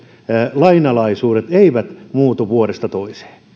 lainalaisuudet eivät muutu vuodesta toiseen